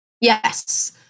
yes